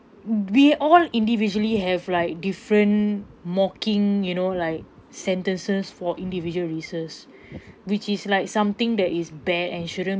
we all individually have like different mocking you know like sentences for individual races which is like something that is bad and shouldn't